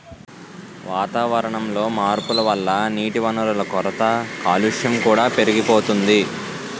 వాతావరణంలో మార్పుల వల్ల నీటివనరుల కొరత, కాలుష్యం కూడా పెరిగిపోతోంది